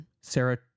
Sarah